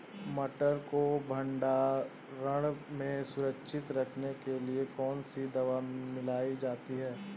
मटर को भंडारण में सुरक्षित रखने के लिए कौन सी दवा मिलाई जाती है?